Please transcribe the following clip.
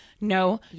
No